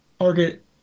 target